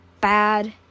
bad